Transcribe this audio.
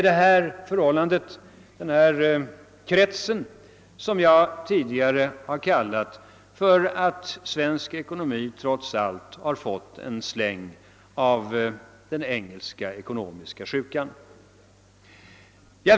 Det är denna onda cirkel som jag tidigare beskrivit så, att svensk ekonomi har fått en släng av den engelska ekonomiska sjukan.